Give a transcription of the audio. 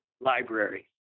library